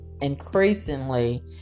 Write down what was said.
increasingly